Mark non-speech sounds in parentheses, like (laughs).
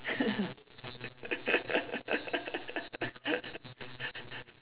(laughs)